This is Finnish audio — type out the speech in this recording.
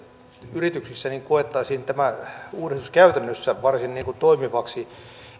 yrityksissä koettaisiin tämä uudistus käytännössä varsin toimivaksi